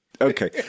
Okay